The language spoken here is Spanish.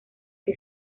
que